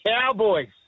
Cowboys